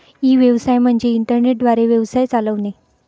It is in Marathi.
ई व्यवसाय म्हणजे इंटरनेट द्वारे व्यवसाय चालवणे